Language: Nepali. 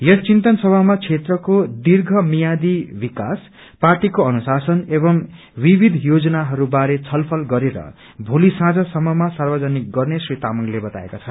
यस चिन्तन सभामा क्षेत्रको दीर्घ मियादि विकास पार्टीको अनुशासन एंव विविध योजनाहरूबारे छलफल गरेर भोली सांझ सम्ममा सार्वजनिक गर्ने श्री तामाङले बातएका छन्